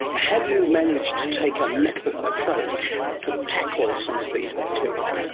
have you managed to take a metal approach to tackle some of these bacteria?